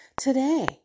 Today